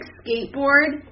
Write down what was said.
skateboard